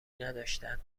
نداشتند